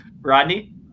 Rodney